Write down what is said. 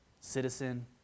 citizen